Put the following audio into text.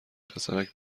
پسرک